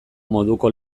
moduko